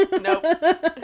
nope